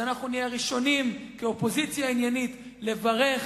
אנחנו נהיה הראשונים כאופוזיציה עניינית לברך,